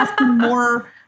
more